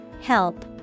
Help